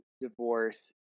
divorce